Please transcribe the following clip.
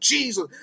Jesus